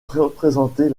représenter